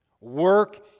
Work